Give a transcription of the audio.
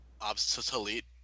obsolete